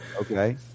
Okay